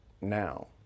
now